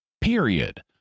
period